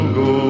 go